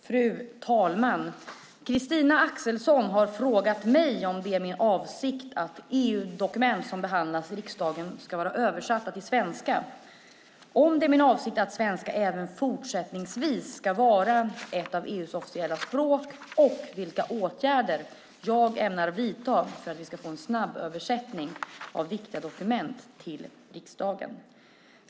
Fru talman! Christina Axelsson har frågat mig om det är min avsikt att EU-dokument som behandlas i riksdagen ska vara översatta till svenska, om det är min avsikt att svenska även fortsättningsvis ska vara ett av EU:s officiella språk och vilka åtgärder jag ämnar vidta för att vi ska få en snabb översättning av viktiga dokument till riksdagen.